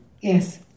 Yes